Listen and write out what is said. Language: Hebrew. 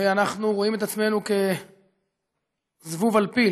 ואנחנו רואים את עצמנו כזבוב על פיל,